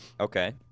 Okay